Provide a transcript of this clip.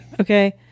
Okay